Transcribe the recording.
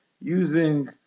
using